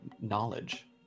knowledge